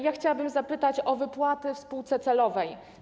Ja chciałabym zapytać o wypłaty w spółce celowej.